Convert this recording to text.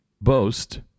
boast